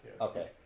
Okay